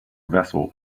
vessel